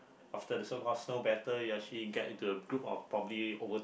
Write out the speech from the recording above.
after the so call snow battle we actually get into a group of probably over